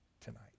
tonight